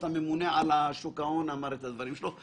הממונה על שוק ההון אמר את הדברים שלו,